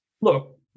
look